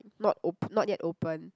not op~ not yet opened